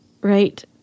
right